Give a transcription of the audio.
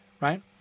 right